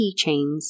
keychains